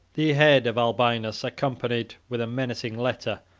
the head of albinus, accompanied with a menacing letter,